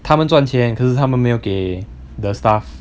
他们赚钱可是他们没有给 the staff